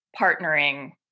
partnering